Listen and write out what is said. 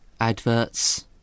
adverts